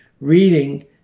reading